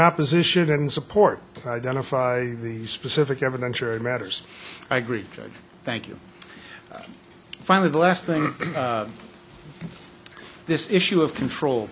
opposition and support identify the specific evidence or in matters i agree thank you finally the last thing this issue of control